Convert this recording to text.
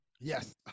yes